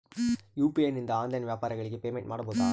UPI ನಿಂದ online ವ್ಯಾಪಾರಗಳಿಗೆ payment ಮಾಡಬಹುದಾ?